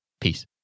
Peace